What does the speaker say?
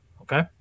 okay